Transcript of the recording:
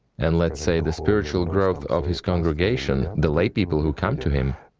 and, let's say, the spiritual growth of his congregation, the lay people who come to him,